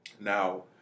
Now